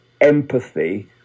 empathy